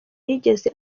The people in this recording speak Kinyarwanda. yigeze